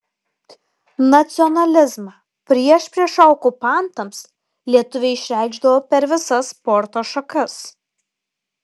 nacionalizmą priešpriešą okupantams lietuviai išreikšdavo per visas sporto šakas